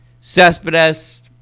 Cespedes